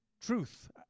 Truth